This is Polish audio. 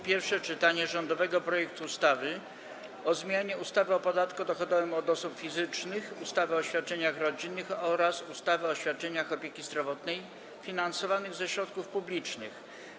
Pierwsze czytanie rządowego projektu ustawy o zmianie ustawy o podatku dochodowym od osób fizycznych, ustawy o świadczeniach rodzinnych oraz ustawy o świadczeniach opieki zdrowotnej finansowanych ze środków publicznych.